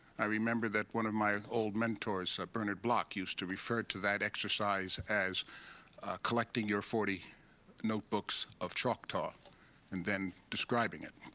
i remember that one of my old mentors, bernard bloch, used to refer to that exercise as collecting your forty notebooks of choctaw and then describing it.